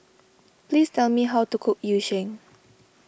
please tell me how to cook Yu Sheng